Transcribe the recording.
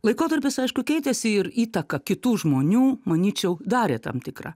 laikotarpis aišku keitėsi ir įtaka kitų žmonių manyčiau darė tam tikrą